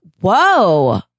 whoa